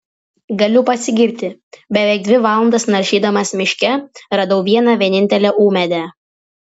galiu pasigirti beveik dvi valandas naršydamas miške radau vieną vienintelę ūmėdę